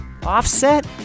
Offset